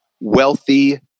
wealthy